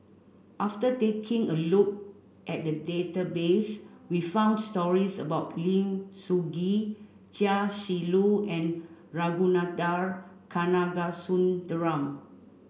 after taking a look at the database we found stories about Lim Soo Ngee Chia Shi Lu and Ragunathar Kanagasuntheram